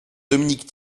dominique